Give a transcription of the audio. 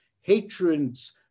hatreds